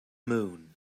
moon